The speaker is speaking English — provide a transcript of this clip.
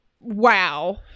wow